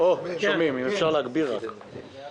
דבר